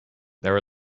there